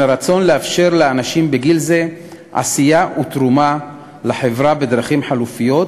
הרצון לאפשר לאנשים בגיל זה עשייה ותרומה לחברה בדרכים חלופיות,